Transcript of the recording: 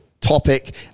topic